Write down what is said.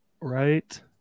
right